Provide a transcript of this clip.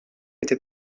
était